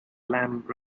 lamb